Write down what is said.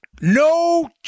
No